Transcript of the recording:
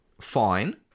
Fine